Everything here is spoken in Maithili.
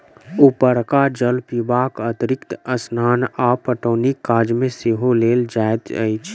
उपरका जल पीबाक अतिरिक्त स्नान आ पटौनीक काज मे सेहो लेल जाइत अछि